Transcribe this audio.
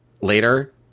later